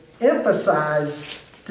emphasize